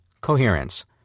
Coherence